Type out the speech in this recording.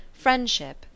Friendship